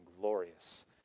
glorious